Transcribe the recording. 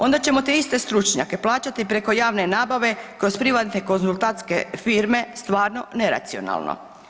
Onda ćemo te iste stručnjake plaćati preko javne nabave kroz privatne konzultantske firme stvarno neracionalno.